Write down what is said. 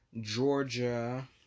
Georgia